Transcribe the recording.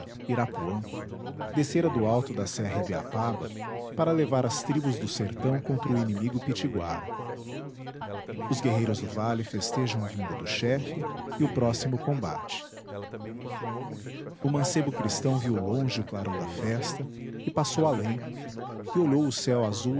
irapuã descera do alto da serra ibiapaba para levar as tribos do sertão contra o inimigo pitiguara os guerreiros do vale festejam a vinda do chefe e o próximo combate o mancebo cristão viu longe o clarão da festa e passou além e olhou o céu azul